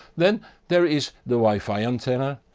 then there is the wifi antenna,